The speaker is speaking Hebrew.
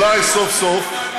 חברת הכנסת לבני.